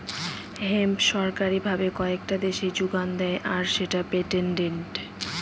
hemp সরকারি ভাবে কয়েকটি দেশে যোগান দেয় আর সেটা পেটেন্টেড